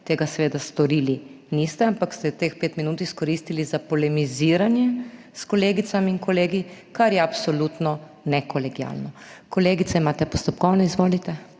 Tega seveda niste storili, ampak ste teh pet minut izkoristili za polemiziranje s kolegicami in kolegi, kar je absolutno nekolegialno. Kolegica, imate postopkovno. Izvolite.